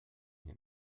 hier